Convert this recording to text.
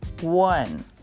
one